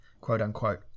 quote-unquote